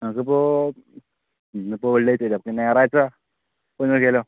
നമുക്കിപ്പോൾ ഇന്നിപ്പോൾ വെള്ളിയാഴ്ച അല്ലെ അപ്പോപ്പിന്നെ ഞായറാഴ്ച പോയിനോക്കിയാലോ